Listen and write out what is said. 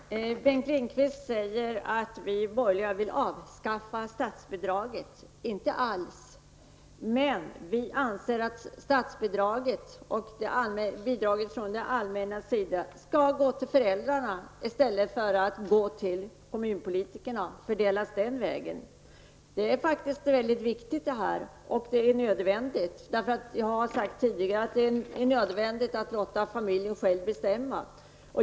Herr talman! Bengt Lindqvist säger att vi borgerliga vill avskaffa statsbidraget. Så är det inte alls, men vi anser att statsbidraget skall gå till föräldrarna i stället för att gå till kommunpolitikerna för att sedan fördelas den vägen. Detta är väldigt viktigt och nödvändigt. Jag har tidigare sagt att det är nödvändigt att låta familjen själv bestämma.